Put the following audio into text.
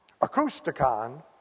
Acousticon